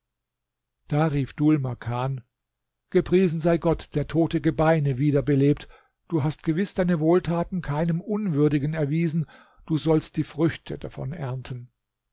da rief dhul makan gepriesen sei gott der tote gebeine wieder belebt du hast gewiß deine wohltaten keinem unwürdigen erwiesen du sollst die früchte davon ernten